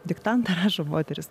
diktantą rašo moterys